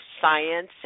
science